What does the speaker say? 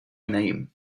name